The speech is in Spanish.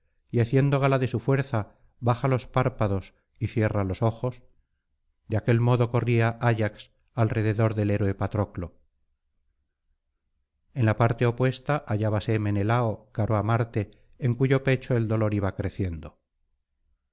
y haciendo gala de su fuerza baja los párpados y cierra los ojos de aquel modo corría ayax alrededor del héroe patroclo en la parte opuesta hallábase menelao caro á marte en cuyo pecho el dolor iba creciendo